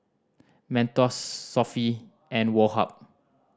Mentos Sofy and Woh Hup